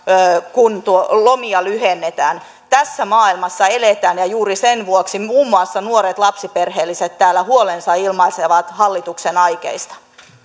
kun lomia lyhennetään tässä maailmassa eletään ja juuri sen vuoksi muun muassa nuoret lapsiperheelliset täällä huolensa ilmaisevat hallituksen aikeista